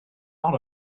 not